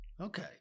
Okay